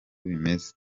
bimeze